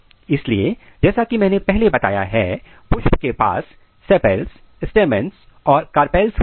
इसलिए जैसा कि मैंने पहले बताया है पुष्प के पास सेपल्स stamens पुंकेसर और कार्पेल्स होते हैं